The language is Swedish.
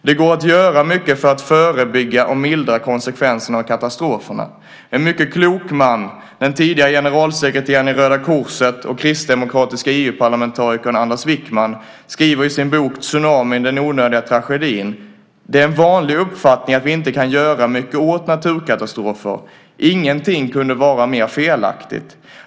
Det går att göra mycket för att förebygga och mildra konsekvenserna av katastroferna. En mycket klok man, den tidigare generalsekreteraren i Röda Korset och kristdemokratiske EU-parlamentarikern Anders Wijkman, skriver i sin bok Tsunamin - den onödiga tragedin : "Det är en vanlig uppfattning att vi inte kan göra mycket åt naturkatastrofer. Ingenting kunde vara mer felaktigt.